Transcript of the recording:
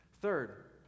third